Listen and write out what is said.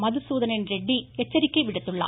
மதுசூதணன் ரெட்டி எச்சரிக்கை விடுத்துள்ளார்